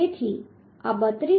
તેથી આ 32